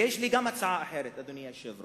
ויש לי גם הצעה אחרת, אדוני היושב-ראש.